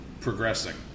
progressing